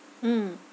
mm